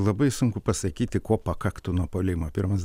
labai sunku pasakyti ko pakaktų nuo puolimo pirmas